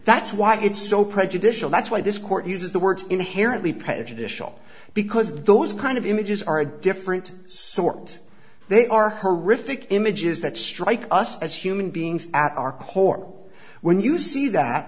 that's why it's so prejudicial that's why this court uses the word inherently prejudicial because those kind of images are a different sort they are horrific images that strike us as human beings at our core when you see that